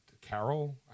Carol